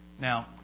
Now